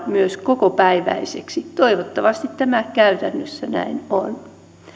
myös kokopäiväiseksi toivottavasti tämä käytännössä näin on